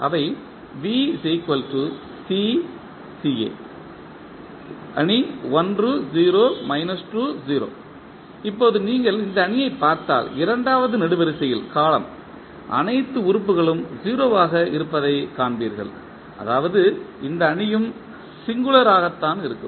அவை இப்போது நீங்கள் இந்த அணியைப் பார்த்தால் இரண்டாவது நெடுவரிசையில் அனைத்து உறுப்புகளும் 0 ஆக இருப்பதைக் காண்பீர்கள் அதாவது இந்த அணியும் சிங்குளர் ஆக இருக்கும்